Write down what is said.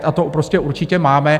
A to prostě určitě máme.